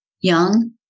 Young